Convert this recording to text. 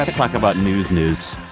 but talk about news news